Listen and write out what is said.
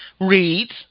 reads